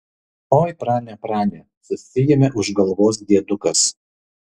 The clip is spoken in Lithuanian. oi prane prane susiėmė už galvos diedukas